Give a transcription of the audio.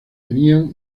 tenían